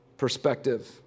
perspective